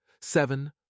Seven